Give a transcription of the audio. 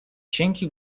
cienki